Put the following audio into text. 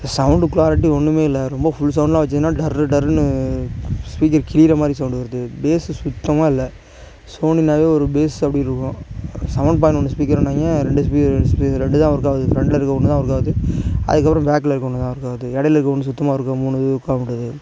sound clarity ஒன்றுமே இல்லை ரொம்ப ஃபுல் சௌண்டுலாம் வச்சோனா டர்ரு டர்ருனு ஸ்பீக்கர் கிழியிற மாதிரி சௌண்டு வருது பேஸ்ஸு சுத்தமாக இல்லை சோனினாவே ஒரு பேஸ் அப்படி இருக்கும் செவன் பாய்ண்ட் ஒன்று ஸ்பீக்கருன்னாய்ங்க ரெண்டு ஸ்பீ ஸ்பீ ரெண்டு தான் ஒர்க்காகுது ஃப்ரெண்ட்ல இருக்க ஒன்று தான் ஒர்க்காகுது அதுக்கப்பறம் பேக்ல இருக்க ஒன்று தான் ஒர்க்காகுது இடையில இருக்க ஒன்று சுத்தமாக இருக்க மூணு இது ஒர்க்காகமாட்டுது